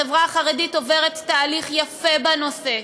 החברה החרדית עוברת תהליך יפה בנושא.